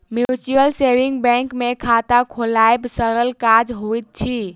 mutual saving bank मे खाता खोलायब सरल काज होइत अछि